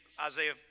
Isaiah